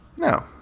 no